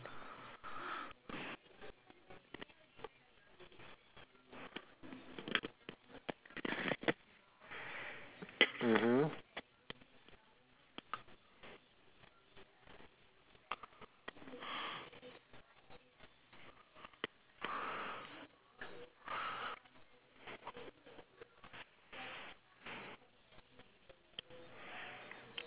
mmhmm